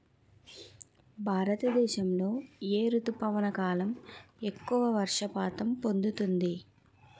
భారతదేశంలో ఏ రుతుపవన కాలం ఎక్కువ వర్షపాతం పొందుతుంది?